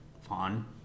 fun